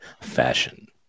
fashion